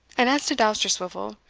and as to dousterswivel,